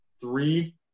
three